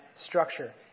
structure